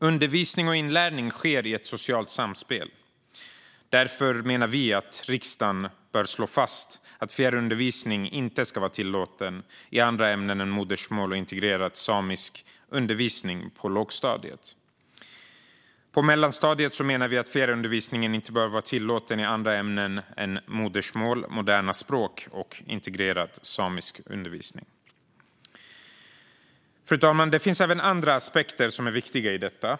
Undervisning och inlärning sker i ett socialt samspel. Därför menar vi att riksdagen bör slå fast att fjärrundervisning inte ska vara tillåten i andra ämnen än modersmål och integrerad samisk undervisning på lågstadiet. På mellanstadiet menar vi att fjärrundervisning inte bör vara tillåten i andra ämnen än modersmål, moderna språk och integrerad samisk undervisning. Fru talman! Det finns även andra aspekter som är viktiga i detta.